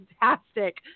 fantastic